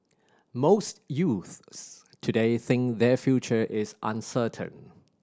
most youths today think their future is uncertain